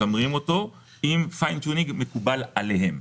משמרים אותו עם כוונון שמקובל עליהם.